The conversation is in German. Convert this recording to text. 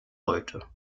heute